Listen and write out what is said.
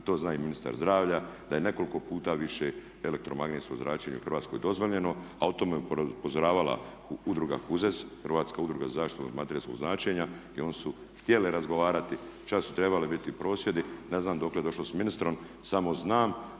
a to zna i ministar zdravlja, da je nekoliko puta više elektromagnetsko zračenje u Hrvatskoj dozvoljeno, a o tome je upozoravala udruga HUZEZ, Hrvatska udruga za zaštitu od elektromagnetskog zračenja i one su htjele razgovarati. Čak su trebali biti prosvjedi, ne znam dokle je došlo s ministrom. Samo znam